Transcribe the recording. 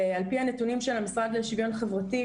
ועל פי הנתונים של המשרד לשוויון חברתי,